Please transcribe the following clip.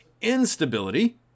instability